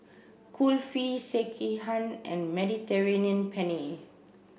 Kulfi Sekihan and Mediterranean Penne